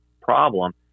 problem